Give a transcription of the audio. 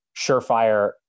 surefire